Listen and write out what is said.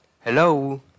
Hello